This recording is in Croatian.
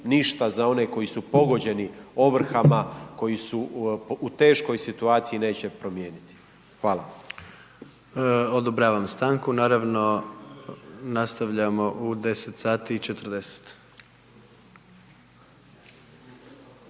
ništa za one koji su pogođeni ovrhama, koji su u teškoj situaciji neće promijeniti. Hvala. **Jandroković, Gordan (HDZ)** Odobravam stanku, naravno nastavljamo u 10,40 sati.